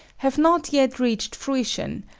have not yet reached fruition,